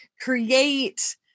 create